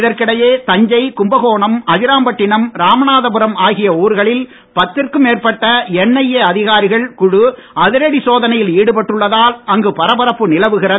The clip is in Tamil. இதற்கிடையே தஞ்சை கும்பகோணம் அதிராமபட்டினம் ராமநாதபுரம் ஆகிய ஊர்களில் பத்துக்கும் மேற்பட்ட என்ஐஏ அதிகாரிகள் குழு அதிரடி சோதனையில் ஈடுபட்டுள்ளதால் அங்கு பரபரப்பு நிலவுகிறது